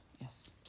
Yes